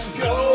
go